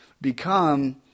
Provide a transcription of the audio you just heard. become